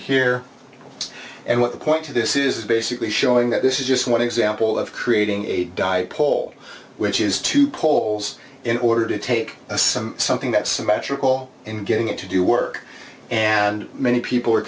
here and what the point to this is basically showing that this is just one example of creating a dipole which is two poles in order to take a some something that's about triple and getting it to do work and many people are